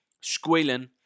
squealing